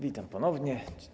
Witam ponownie.